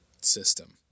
system